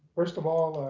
first of all,